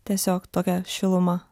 tiesiog tokia šiluma